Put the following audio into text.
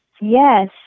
yes